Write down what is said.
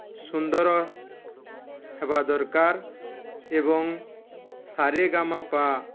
ସୁନ୍ଦର ହେବା ଦରକାର ଏବଂ ସାରେଗାମାପା